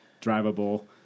drivable